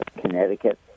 Connecticut